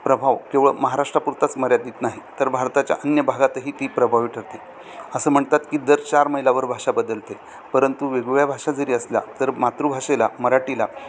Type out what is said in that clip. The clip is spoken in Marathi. प्रभाव केवळ महाराष्ट्रापुरताच मर्यादित नाही तर भारताच्या अन्य भागातही ती प्रभावी ठरते असं म्हणतात की दर चार मैलावर भाषा बदलते परंतु वेगवेगळ्या भाषा जरी असल्या तर मातृभाषेला मराठीला